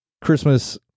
christmas